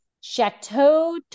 Chateau